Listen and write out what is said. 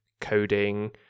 coding